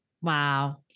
Wow